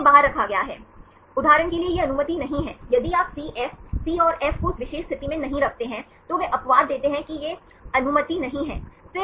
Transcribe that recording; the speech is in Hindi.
इसे बाहर रखा गया है उदाहरण के लिए यह अनुमति नहीं है यदि आप सीएफ सी और एफ को उस विशेष स्थिति में नहीं रखते हैं तो वे अपवाद देते हैं कि ये अनुमति नहीं हैं